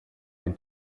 ein